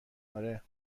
آره